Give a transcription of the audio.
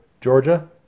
Georgia